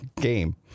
game